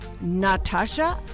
Natasha